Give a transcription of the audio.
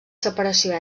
separació